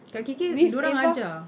kat K_K dia orang ajar